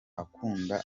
akunda